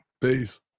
Peace